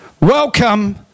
welcome